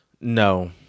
No